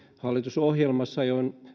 hallitusohjelmassa